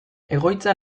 egoitza